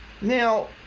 Now